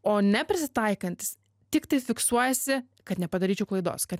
o neprisitaikantis tiktai fiksuojasi kad nepadaryčiau klaidos kad